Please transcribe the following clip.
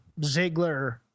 Ziggler